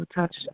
Touch